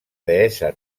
deessa